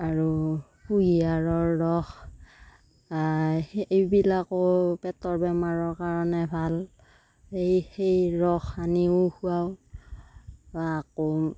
আৰু কুঁহিয়াৰৰ ৰস এইবিলাকো পেটৰ বেমাৰৰ কাৰণে ভাল এই সেই ৰস সানিও খোৱাওঁ আকৌ